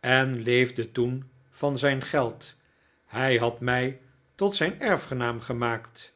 en leefde to n van zijn geld hij had mij tot zijn erfgenaam gemaakt